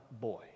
boy